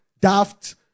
daft